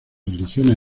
religiones